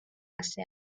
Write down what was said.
ასე